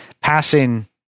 passing